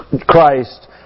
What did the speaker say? Christ